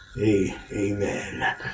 amen